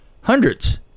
Hundreds